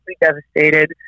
devastated